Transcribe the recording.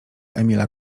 emila